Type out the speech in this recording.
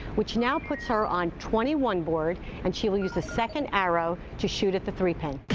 which now puts her on twenty one board and she will use the second arrow to shoot at the three pin.